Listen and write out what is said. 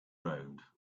road